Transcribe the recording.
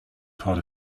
part